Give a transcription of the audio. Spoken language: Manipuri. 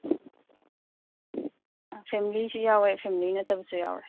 ꯐꯦꯝꯂꯤꯁꯨ ꯌꯥꯎꯋꯦ ꯐꯦꯝꯂꯤ ꯅꯠꯇꯕꯁꯨ ꯌꯥꯎꯋꯦ